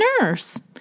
nurse